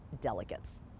delegates